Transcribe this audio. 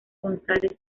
gonzález